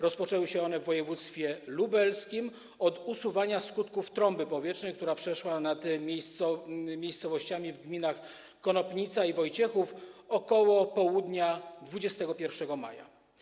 Rozpoczęły się one w województwie lubelskim od usuwania skutków trąby powietrznej, która przeszła nad miejscowościami w gminach Konopnica i Wojciechów koło południa 21 maja.